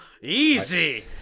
Easy